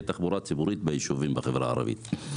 תחבורה ציבורית ביישובים בחברה הערבית.